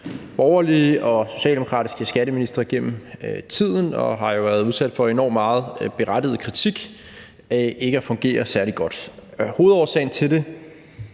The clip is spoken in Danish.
borgerlige og socialdemokratiske skatteministre gennem tiden, og den har jo været udsat for enormt meget berettiget kritik for ikke at fungere særlig godt. Hovedårsagen til det